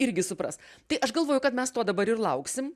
irgi supras tai aš galvoju kad mes to dabar ir lauksim